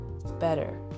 better